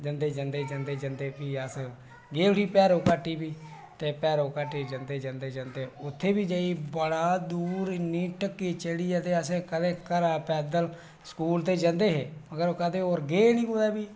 जंदे जंदे जंदे फ्ही अस गे उठी भैरो घाटी बी ते भैरो घाटी जंदे जंदे जंदे उत्थै बी जाइयै बड़े दूर इन्नी ढक्की चढ़ी ते असें कदें घरा आहलें पैदल स्कूल ते जंदे हे पर कदें होर गे नेईं कुदै